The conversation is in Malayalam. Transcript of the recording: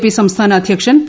പി സംസ്ഥാന അധ്യക്ഷൻ പി